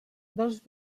dels